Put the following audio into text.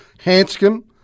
Hanscom